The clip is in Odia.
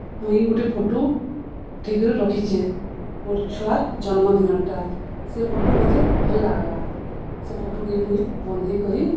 ମୁଇଁ ଗୁଟେ ଫଟୋ ଉଠେଇକରି ରଖିଚେଁ ମୋର୍ ଛୁଆର୍ ଜନ୍ମଦିନଟା ସେ ଫଟୋ ମତେ ଭଲ ଲାଗ୍ଲା ସେ ଫଟୋକେ ମୁଇଁ ବନ୍ଧେଇ କରି